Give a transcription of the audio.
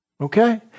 Okay